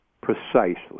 precisely